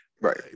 right